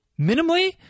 minimally